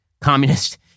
communist